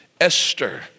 Esther